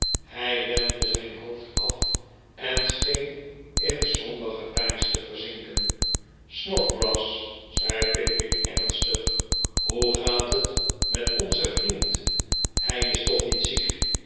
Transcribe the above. hij wendde zijn hoofd af en scheen in somber gepeins te verzinken snodgrass zei pickwick ernstig hoe gaat het met onzen vriend hij is toch niet jziek